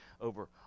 over